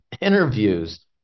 interviews